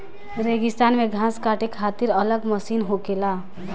रेगिस्तान मे घास काटे खातिर अलग मशीन होखेला